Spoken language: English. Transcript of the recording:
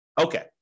Okay